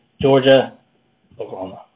Georgia-Oklahoma